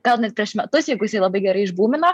gal net prieš metus jeigu jisai labai gerai ižbūmino